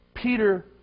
Peter